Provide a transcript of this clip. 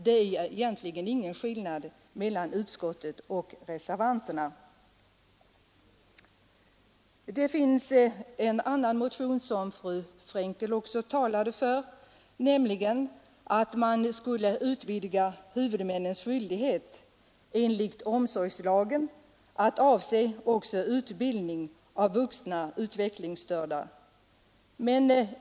Det är alltså egentligen ingen skillnad mellan utskottet och reservanten. Det finns en annan motion som fru Frenkel också talade för med förslag att utvidga huvudmännens skyldighet enligt omsorgslagen till att avse också utbildning av vuxna utvecklingsstörda.